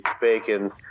bacon